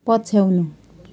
पछ्याउनु